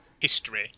history